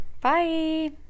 bye